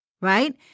right